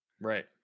Right